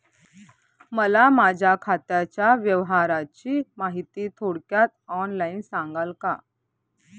मला माझ्या खात्याच्या व्यवहाराची माहिती थोडक्यात ऑनलाईन सांगाल का?